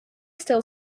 still